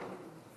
גילאון.